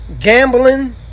gambling